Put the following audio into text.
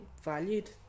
Valued